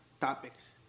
topics